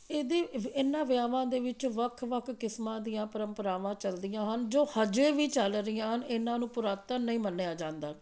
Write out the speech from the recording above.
ਇਹਦੀ ਵ ਇਨ੍ਹਾਂ ਵਿਆਹਾਂ ਦੇ ਵਿੱਚ ਵੱਖ ਵੱਖ ਕਿਸਮਾਂ ਦੀਆਂ ਪਰੰਪਰਾਵਾਂ ਚੱਲਦੀਆਂ ਹਨ ਜੋ ਅਜੇ ਵੀ ਚੱਲ ਰਹੀਆਂ ਹਨ ਇਹਨਾਂ ਨੂੰ ਪੁਰਾਤਨ ਨਹੀਂ ਮੰਨਿਆ ਜਾਂਦਾ